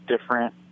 different